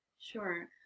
Sure